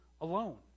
alone